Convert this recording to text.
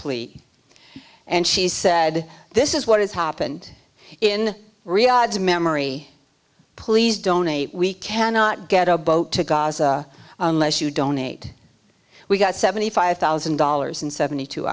plea and she said this is what has happened in riyadh to memory please donate we cannot get a boat to gaza unless you donate we got seventy five thousand dollars and seventy two